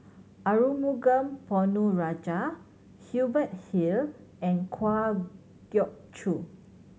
Arumugam Ponnu Rajah Hubert Hill and Kwa Geok Choo